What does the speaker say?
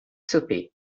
tuppy